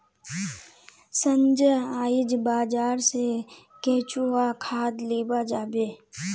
संजय आइज बाजार स केंचुआ खाद लीबा जाबे